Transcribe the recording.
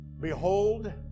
behold